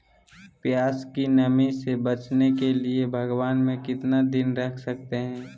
प्यास की नामी से बचने के लिए भगवान में कितना दिन रख सकते हैं?